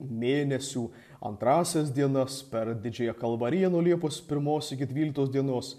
mėnesių antrąsias dienas per didžiąją kalvariją nuo liepos pirmos iki dvyliktos dienos